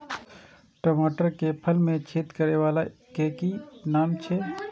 टमाटर के फल में छेद करै वाला के कि नाम छै?